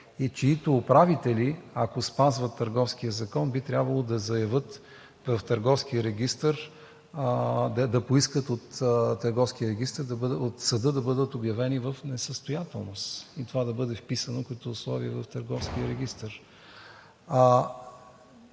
и чиито управители, ако спазват Търговския закон, би трябвало да поискат от съда да бъдат обявени в несъстоятелност и това да бъде вписано като условие в Търговския регистър.